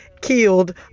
killed